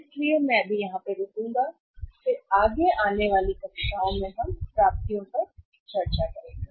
इसलिए मैं यहाँ रुका और फिर आगे आने वाली कक्षाओं में हम प्राप्तियों पर चर्चा करेंगे